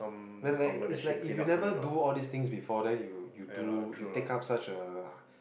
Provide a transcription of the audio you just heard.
like like it's like if you never do all these things before then you you do you take up such a